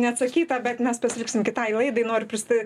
neatsakyta bet mes pasiliksim kitai laidai noriu prista